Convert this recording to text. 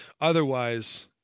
otherwise